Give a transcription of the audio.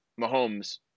Mahomes